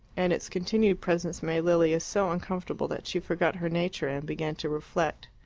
and its continued presence made lilia so uncomfortable that she forgot her nature and began to reflect.